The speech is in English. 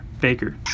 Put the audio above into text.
Baker